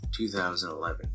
2011